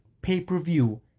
pay-per-view